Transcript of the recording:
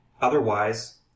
Otherwise